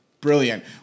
brilliant